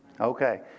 Okay